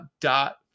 dot